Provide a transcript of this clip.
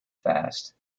fast